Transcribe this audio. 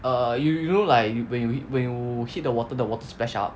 err you you know like you when we when you hit the water the water splash out